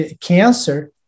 cancer